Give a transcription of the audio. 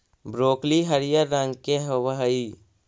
broccoli हरियर रंग के होब हई